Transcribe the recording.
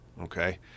okay